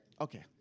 Okay